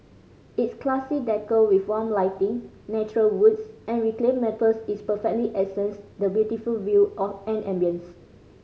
its classy decor with warm lighting natural woods and reclaimed metals is perfectly accents the beautiful view or and ambience